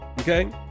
okay